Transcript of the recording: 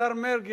השר מרגי,